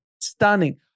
Stunning